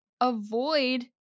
Avoid